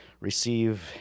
receive